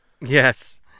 Yes